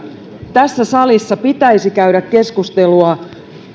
tässä salissa pitäisi käydä keskustelua